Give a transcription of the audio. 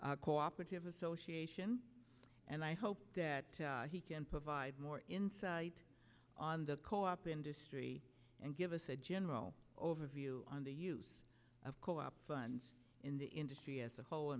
trick co operative association and i hope that he can provide more insight on the co op industry and give us a general overview on the use of co op funds in the industry as a whole